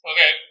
Okay